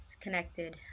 connected